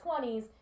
20s